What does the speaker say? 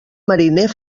mariner